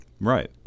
Right